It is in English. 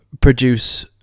produce